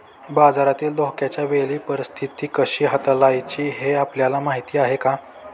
बाजारातील धोक्याच्या वेळी परीस्थिती कशी हाताळायची हे आपल्याला माहीत आहे का?